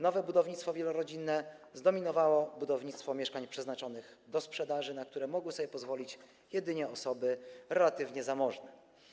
Nowe budownictwo wielorodzinne zdominowało budownictwo mieszkań przeznaczonych do sprzedaży, na które mogły sobie pozwolić jedynie osoby relatywnie zamożne.